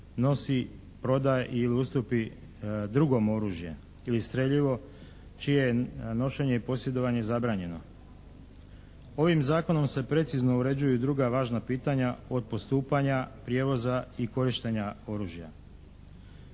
nosi, proda ili ustupi drugom oružje ili streljivo čije je nošenje i posjedovanje zabranjeno. Ovim Zakonom se precizno uređuju i druga važna pitanja od postupanja prijevoza i korištenja oružja.